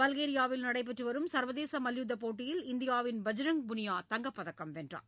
பல்கேரியாவில் நடைபெற்று வரும் சர்வதேச மல்யுத்தப் போட்டியில் இந்தியாவின் பஜ்ரங் புனியா தங்கப் பதக்கம் வென்றார்